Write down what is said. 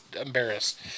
embarrassed